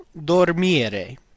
dormire